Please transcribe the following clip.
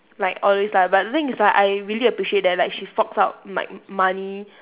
like all these lah but the thing is that I really appreciate that like she forks out mi~ money